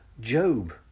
Job